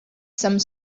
some